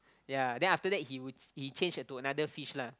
yea then after that he would he change a to another fish lah